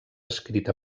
escrita